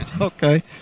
okay